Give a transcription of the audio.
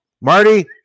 Marty